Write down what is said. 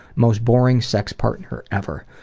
most boring sex partner ever.